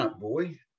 boy